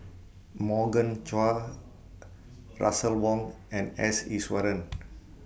Morgan Chua Russel Wong and S Iswaran